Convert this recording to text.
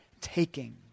taking